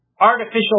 artificial